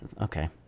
Okay